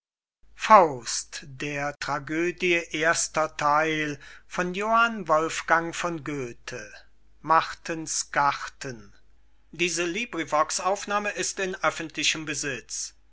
sprechen der tragödie erster